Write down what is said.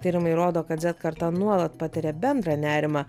tyrimai rodo kad zet karta nuolat patiria bendrą nerimą